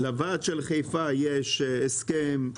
לוועד של חיפה יש הסכם.